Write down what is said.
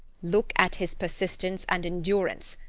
look at his persistence and endurance.